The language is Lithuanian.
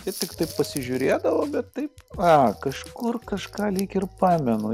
jie tiktai pasižiūrėdavo bet taip a kažkur kažką lyg ir pamenu